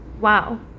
wow